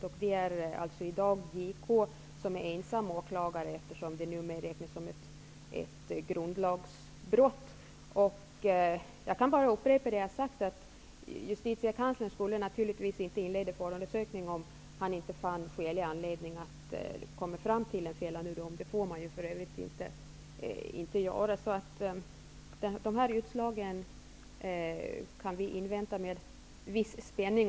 I dag är JK ensam åklagare, eftersom detta numera räknas som ett grundlagsbrott. Jag kan bara upprepa det jag tidigare har sagt. Justitiekanslern skulle naturligtvis inte inleda en förundersökning om han inte fann skälig anledning att komma fram till en fällande dom. Det får han för övrigt inte göra. Vi kan invänta dessa utslag med viss spänning.